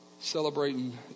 celebrating